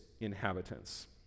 inhabitants